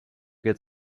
get